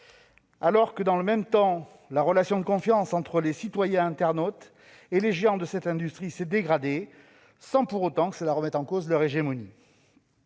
alors que, dans le même temps, la relation de confiance entre les citoyens internautes et les géants de cette industrie s'est dégradée, sans que cela remette en cause l'hégémonie